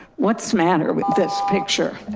what's matter with this picture.